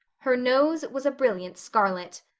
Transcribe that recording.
her nose was a brilliant scarlet!